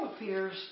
appears